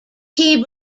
key